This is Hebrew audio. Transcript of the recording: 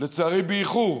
לצערי, באיחור,